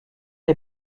est